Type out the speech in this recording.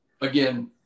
again